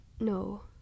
No